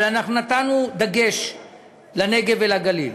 אבל אנחנו נתנו דגש לנגב ולגליל.